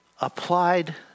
applied